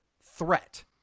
threat